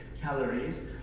calories